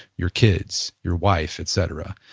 your kids, your wife, et cetera.